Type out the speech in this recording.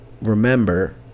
remember